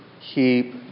keep